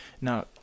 Now